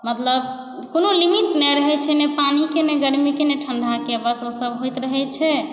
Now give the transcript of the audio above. मतलब कोनो लिमिट नहि रहै छै नहि पानिके नहि गर्मीके नहि ठंडाके बस ओ सब होइत रहै छै